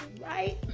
Right